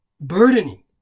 burdening